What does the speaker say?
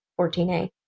14A